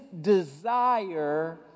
desire